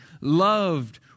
loved